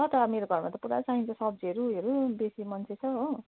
र त मेरो घरमा त पुरा चाहिन्छ सब्जीहरू ऊ योहरू बेसी मान्छे छ हो